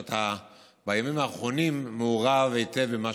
שבימים האחרונים אתה מעורב היטב במה